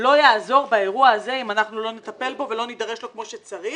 לא יעזור באירוע הזה אם לא נטפל בו ולא נידרש לו כמו שצריך,